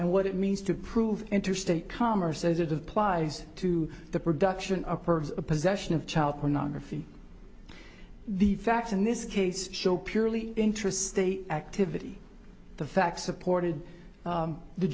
and what it means to prove interstate commerce as it applies to the production a perv possession of child pornography the facts in this case show purely intrastate activity the facts supported